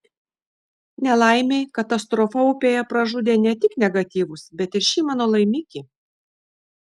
nelaimei katastrofa upėje pražudė ne tik negatyvus bet ir šį mano laimikį